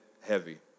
heavy